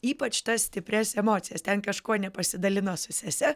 ypač tas stiprias emocijas ten kažko nepasidalino su sese